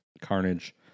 Carnage